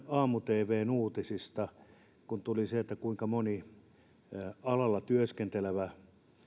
aamu tvn uutisista tuli siitä kuinka moni alalla työskentelevä